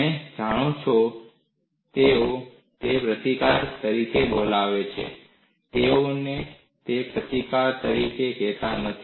તમે જાણો છો કે તેઓ તેને પ્રતિકાર તરીકે બોલાવે છે તેઓ તેને પ્રતિકાર દર તરીકે કેતા નથી